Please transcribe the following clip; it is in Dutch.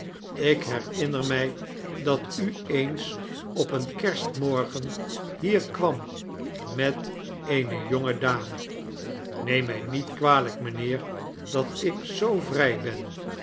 ik herinner mij dat u eens op een kerstmorgen hier kwam met eene jonge dame neem mij niet kwalijk mijnheer dat ik zoo vrij ben